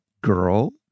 girl